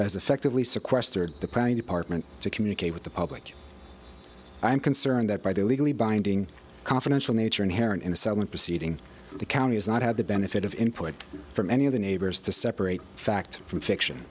as effectively sequestered the planning department to communicate with the public i'm concerned that by the legally binding confidential nature inherent in the settlement proceeding the county has not had the benefit of input from any of the neighbors to separate fact from fiction